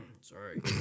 Sorry